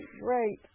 Right